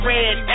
Red